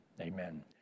Amen